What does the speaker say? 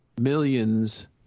millions